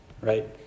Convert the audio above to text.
Right